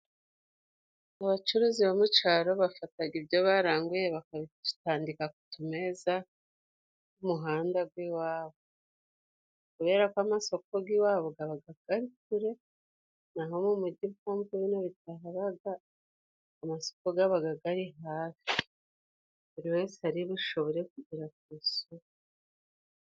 Abacuruzi bo mucaro bafataga ibyo baranguye bakabitandika ku tumeza ku muhanda gw'iwabo. Kubera ko amasoko g'iwabo gabaga gari kure. Na ho mu muji impamvu bino bitahabaga, amasoko gabaga gari hafi buri wese ari bushobore kugera ku isoko.